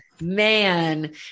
Man